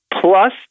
plus